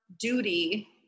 duty